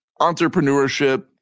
entrepreneurship